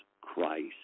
Christ